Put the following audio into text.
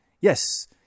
yes